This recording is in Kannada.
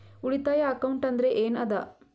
ಉಳಿತಾಯ ಅಕೌಂಟ್ ಅಂದ್ರೆ ಏನ್ ಅದ?